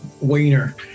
wiener